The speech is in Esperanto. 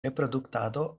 reproduktado